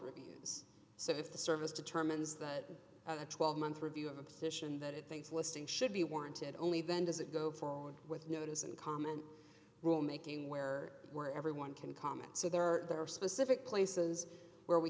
reviews so if the service determines that a twelve month review of a position that it thinks listing should be warranted only then does it go forward with notice and comment rule making where were everyone can comment so there are specific places where we